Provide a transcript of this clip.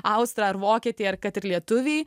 austrą ar vokietį ar kad ir lietuvį